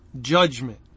judgment